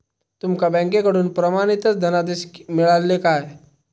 तुमका बँकेकडून प्रमाणितच धनादेश मिळाल्ले काय?